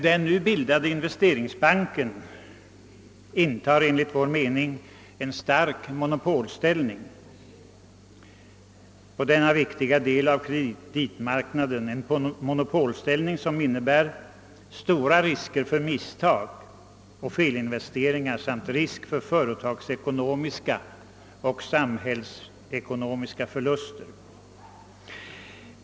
Den nu bildade Investeringsbanken intar enligt vår mening en stark monopolställning på denna viktiga del av kreditmarknaden. Denna monopolställning medför stora möjligheter till misstag och felinvesteringar samt risker för företagsekonomiska och samhällsekonomiska förluster.